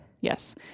yes